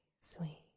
sweet